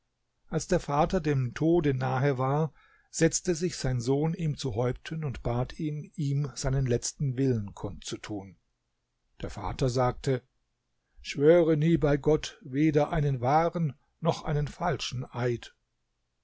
als der vater dem tode nahe war setzte sich sein sohn ihm zu häupten und bat ihn ihm seinen letzten willen kund zu tun der vater sagte schwöre nie bei gott weder einen wahren noch einen falschen eid